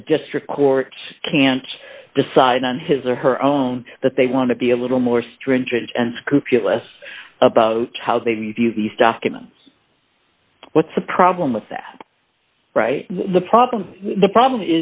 that a district court can't decide on his or her own that they want to be a little more stringent and scrupulous about how they view these documents what's the problem with that the problem the problem